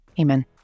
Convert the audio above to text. amen